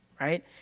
right